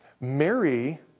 Mary